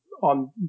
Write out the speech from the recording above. on